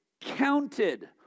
counted